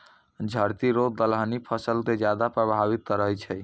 झड़की रोग दलहनी फसल के ज्यादा प्रभावित करै छै